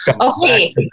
Okay